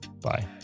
bye